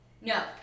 No